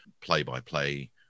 play-by-play